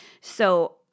So-